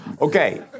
Okay